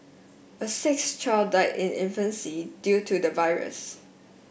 a sixth child died in infancy due to the virus